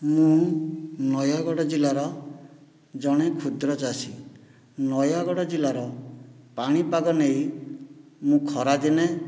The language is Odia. ମୁଁ ନୟାଗଡ଼ ଜିଲ୍ଲାର ଜଣେ କ୍ଷୁଦ୍ରଚାଷୀ ନୟାଗଡ଼ ଜିଲ୍ଲାର ପାଣିପାଗ ନେଇ ମୁଁ ଖରାଦିନେ